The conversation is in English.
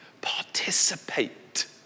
Participate